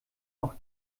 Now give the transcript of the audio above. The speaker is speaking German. auch